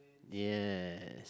ya